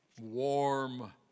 warm